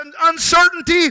uncertainty